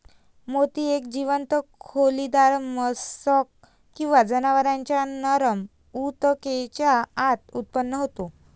मोती एक जीवंत खोलीदार मोल्स्क किंवा जनावरांच्या नरम ऊतकेच्या आत उत्पन्न होतो